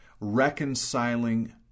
reconciling